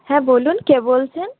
হ্যাঁ বলুন কে বলছেন